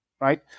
right